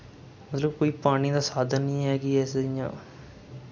मतलब कोई पानी दा साधन निं ऐ कि अस इ'यां